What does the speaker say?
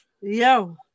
Yo